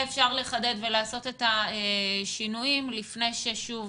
אפשר לחדד ולעשות את השינויים לפני ששוב